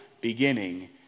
beginning